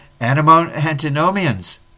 antinomians